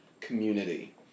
community